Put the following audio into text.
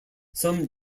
some